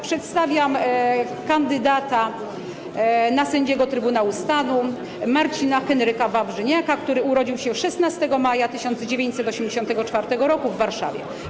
Przedstawiam kandydata na sędziego Trybunału Stanu Marcina Henryka Wawrzyniaka, który urodził się 16 maja 1984 r. w Warszawie.